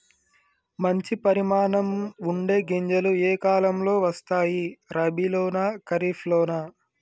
మంచి పరిమాణం ఉండే గింజలు ఏ కాలం లో వస్తాయి? రబీ లోనా? ఖరీఫ్ లోనా?